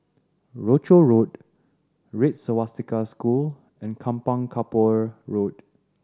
Rochor Road Red Swastika School and Kampong Kapor Road